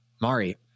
Mari